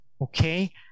Okay